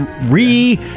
re